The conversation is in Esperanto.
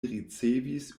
ricevis